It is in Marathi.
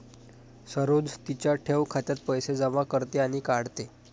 सरोज तिच्या ठेव खात्यात पैसे जमा करते आणि काढते